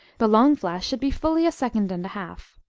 the long flash should be fully a second and a half.